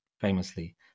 famously